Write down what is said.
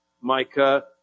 Micah